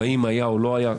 והאם היה או לא היה,